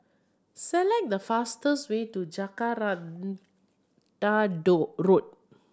select the fastest way to Jacaranda Road